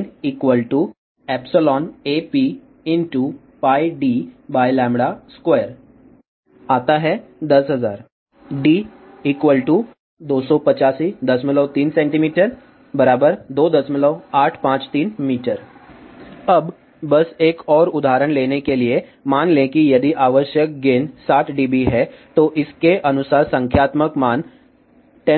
Gain ap d2 → 10000 07 d752 d 2853 cm 2853 m अब बस एक और उदाहरण लेने के लिए मान लें कि यदि आवश्यक गेन 60 dB है तो इसके अनुसार संख्यात्मक मान